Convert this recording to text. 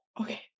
okay